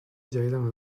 جدیدم